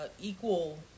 equal